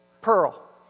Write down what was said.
Pearl